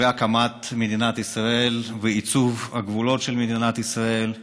והקמת מדינת ישראל ועיצוב הגבולות של מדינת ישראל.